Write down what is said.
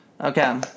Okay